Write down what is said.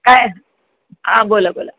काय बोला बोला